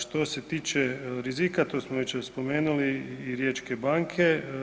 Što se tiče rizika, to smo već spomenuli i Riječke banke.